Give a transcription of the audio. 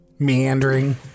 meandering